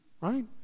right